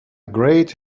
great